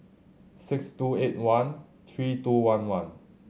six two eight one three two one one